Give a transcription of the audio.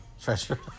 Treasure